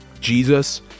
Jesus